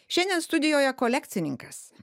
šiandien studijoje kolekcininkas